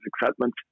excitement